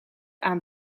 aan